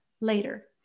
later